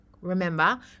remember